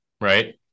Right